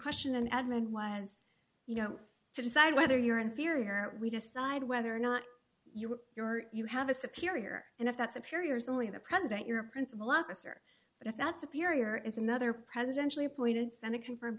question edmund was you know to decide whether you're inferior we decide whether or not you or your you have a severe ear and if that's a pure ears only the president your principal office are but if that's if your ear is another presidential appointed senate confirm